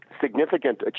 significant